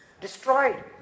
Destroyed